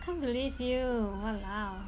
can't believe you !walao!